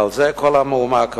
ועל זה כל המהומה כעת.